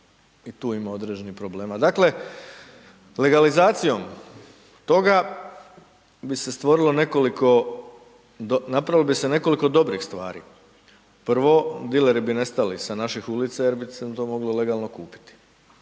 i tu ima određenih problema. Dakle, legalizacijom toga bi se stvorilo nekoliko, napravilo bi se nekoliko dobrih stvari. Prvo, dileri bi nestali sa naših ulica jer bi se to moglo legalno kupiti.